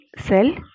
cell